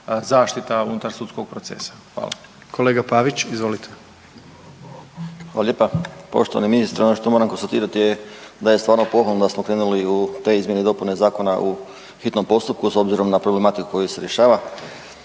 Pavić, izvolite. **Pavić, Željko (SDP)** Hvala lijepa. Poštovani ministre. Ono što moram konstatirati je da je stvarno pohvalno da smo krenuli u te izmjene i dopune zakona u hitnom postupku s obzirom na problematiku koju se rješava